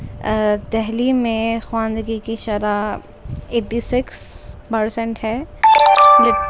دہلی میں خواندگی کی شرح ایٹی سکس پرسینٹ ہے